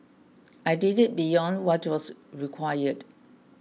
I did it beyond what was required